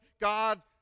God